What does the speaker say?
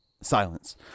Silence